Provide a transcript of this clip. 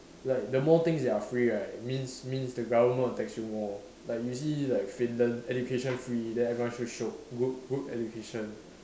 like the more things that are free right means means the government will tax you more like you see like Finland education free and then everyone so shiok good good education